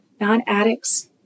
non-addicts